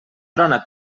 trona